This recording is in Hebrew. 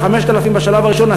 5,000 בשלב הראשון,